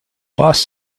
boss